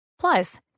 Plus